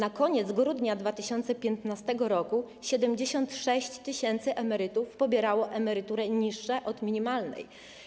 Pod koniec grudnia 2015 r. 76 tys. emerytów pobierało emerytury niższe od minimalnej.